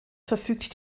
verfügt